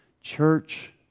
church